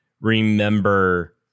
remember